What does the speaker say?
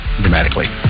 dramatically